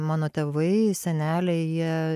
mano tėvai seneliai jie